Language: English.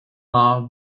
love